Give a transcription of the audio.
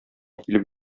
килеп